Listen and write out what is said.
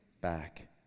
back